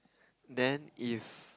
then if